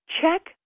check